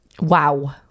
wow